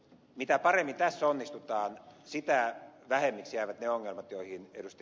mitä paremmin tässä onnistutaan sitä vähemmiksi jäävät ne ongelmat joihin ed